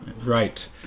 Right